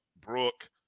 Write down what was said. Brooke